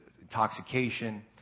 intoxication